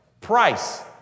price